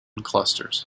clusters